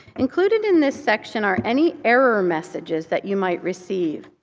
included in this section are any error messages that you might receive.